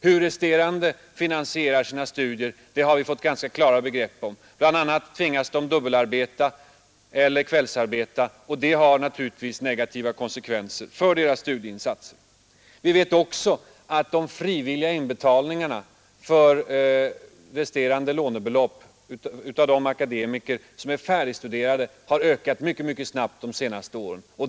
Hur resterande studenter finansierar sina studier har vi fått ganska klara begrepp om; bl.a. tvingas de att dubbelarbeta eller kvällsarbeta, och det har naturligtvis negativa konsekvenser för deras studieinsatser. Vi vet också att de frivilliga inbetalningarna för resterande lånebelopp av de akademiker som är färdigstuderade ökat mycket snabbt de senaste åren.